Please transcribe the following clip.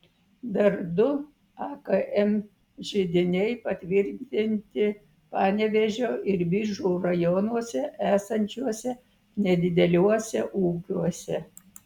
dar du akm židiniai patvirtinti panevėžio ir biržų rajonuose esančiuose nedideliuose ūkiuose